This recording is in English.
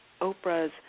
Oprah's